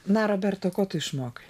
na roberta ko tu išmokai